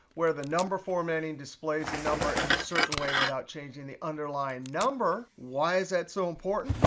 where the number formatting displays a number in a certain way without changing the underlying number, why is that so important?